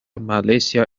malaysia